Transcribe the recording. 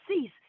cease